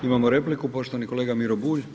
Imamo repliku poštovani kolega Miro Bulj.